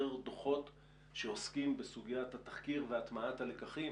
דוחות שעוסקים בסוגיית התחקיר והטמעת הלקחים